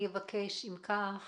אם כך,